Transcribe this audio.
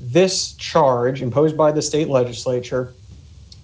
this charge imposed by the state legislature